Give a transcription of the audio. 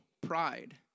pride